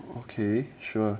okay sure